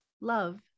Love